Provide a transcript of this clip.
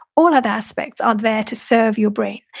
all other aspects are there to serve your brain.